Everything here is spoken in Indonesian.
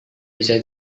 bisa